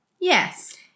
Yes